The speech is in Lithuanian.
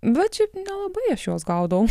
bet šiaip nelabai aš juos gaudavau